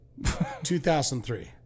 2003